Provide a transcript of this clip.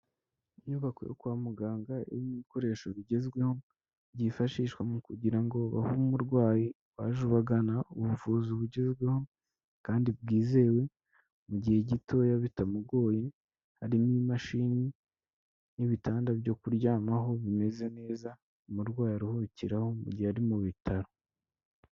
Inyubako yo kwa muganga rimo ibikoresho bigezweho, byifashishwa mu kugira ngo bahe umurwayi waj'ubagana ubuvuzi bugezweho kandi bwizewe mu gihe gitoya bitamugoye, harimo imashini n'ibitanda byo kuryamaho bimeze neza, umurwayi aruhukiraho mu gihe ari mu bitaro.